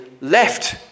left